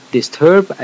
Disturb